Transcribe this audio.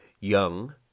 young